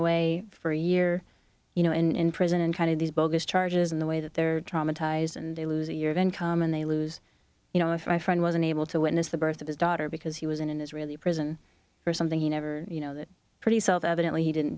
away for a year you know in prison and kind of these bogus charges in the way that they're traumatized and they lose a year of income and they lose you know if my friend was unable to witness the birth of his daughter because he was in an israeli prison or something he never you know that pretty self evidently he didn't